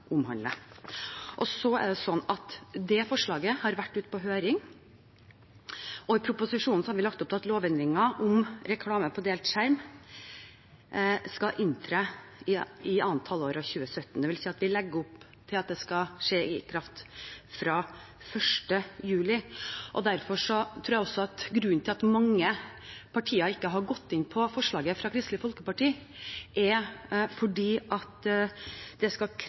Forslaget har vært ute på høring, og i proposisjonen har vi lagt opp til at lovendringen om reklame på delt skjerm skal tre i kraft andre halvår av 2017. Det vil si at vi legger opp til at det skal tre i kraft fra 1. juli. Derfor tror jeg at grunnen til at mange partier ikke har gått inn på forslaget fra Kristelig Folkeparti, er at det skal